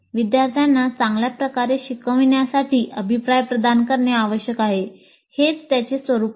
विद्यार्थ्यांना चांगल्या प्रकारे शिकविण्यासाठी अभिप्राय प्रदान करणे आवश्यक आहे हेच त्याचे स्वरूप आहे